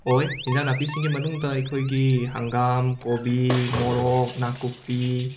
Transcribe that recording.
ꯑꯣꯏ ꯍꯦꯟꯖꯥꯡ ꯅꯥꯄꯤꯁꯤꯡꯒꯤ ꯃꯅꯨꯡꯗ ꯑꯩꯈꯣꯏꯒꯤ ꯍꯪꯒꯥꯝ ꯀꯣꯕꯤ ꯃꯣꯔꯣꯛ ꯅꯥꯀꯨꯞꯄꯤ